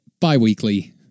bi-weekly